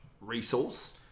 resource